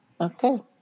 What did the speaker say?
Okay